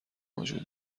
موجود